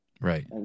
Right